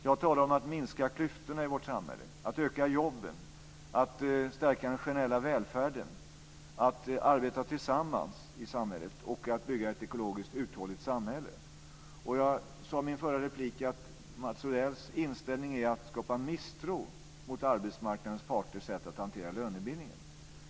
Jag talar om att man ska minska klyftorna i vårt samhälle, öka antalet jobb, stärka den generella välfärden, arbeta tillsammans i samhället och bygga ett ekologiskt uthålligt samhälle. Jag sade i min förra replik att Mats Odells inställning är att man ska skapa misstro mot arbetsmarknadens parter när det gäller deras sätt att hantera lönebildningen.